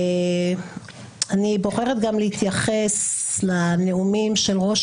אני בוחרת להתייחס לנאומים של ראש